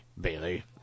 Bailey